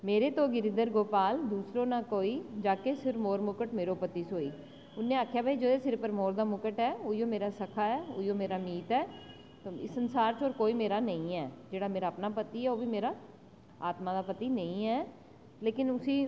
मेरे तो गिरधर गोपाल दूसरो ना कोइ जा के सिर मोर मुकुट मेरा मुकट मेरा पति सोइ उन्ने आक्खेआ भई जिसदे सिर पर मोर मुकुट ऐ उऐ मेरा सखा उऐ मेरा मीत ऐ इस संसार च होर मेरा कोई निं ऐ जेह्ड़ा मेरा अपना पति ऐ ओह्बी मेरा अपना पति नेईं ऐ लेकिन उसी